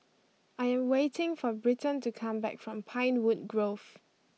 I am waiting for Britton to come back from Pinewood Grove